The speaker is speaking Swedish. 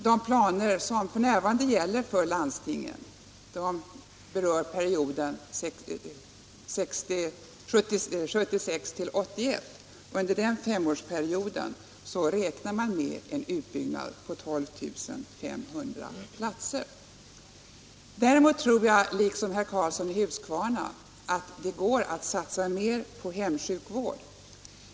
De planer som f.n. gäller för landstingen omfattar perioden 1976-1981. Under den femårsperioden räknar de med en utbyggnad på 12 500 platser. Liksom herr Karlsson i Huskvarna tror jag att det går att satsa mer på hemsjukvård.